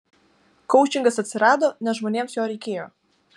koučingas atsirado nes žmonėms jo reikėjo